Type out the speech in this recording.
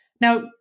Now